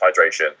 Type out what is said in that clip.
hydration